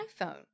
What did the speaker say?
iPhone